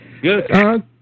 Good